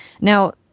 Now